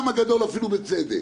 וחלקם הגדול אפילו בצדק.